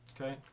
Okay